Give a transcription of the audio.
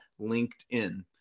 Linkedin